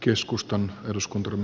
arvoisa puhemies